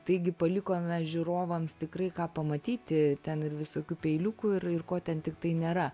taigi palikome žiūrovams tikrai ką pamatyti ten ir visokių peiliukų ir ir ko ten tiktai nėra